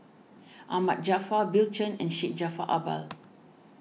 Ahmad Jaafar Bill Chen and Syed Jaafar Albar